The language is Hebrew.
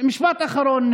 משפט אחרון,